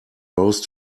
rose